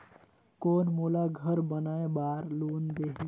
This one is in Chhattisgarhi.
कौन मोला घर बनाय बार लोन देही?